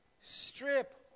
strip